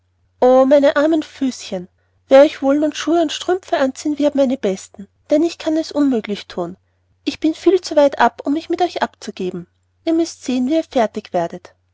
meine armen füßchen wer euch wohl nun schuhe und strümpfe anziehen wird meine besten denn ich kann es unmöglich thun ich bin viel zu weit ab um mich mit euch abzugeben ihr müßt sehen wie ihr fertig werdet